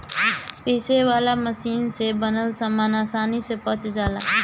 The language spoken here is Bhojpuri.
पीसे वाला मशीन से बनल सामान आसानी से पच जाला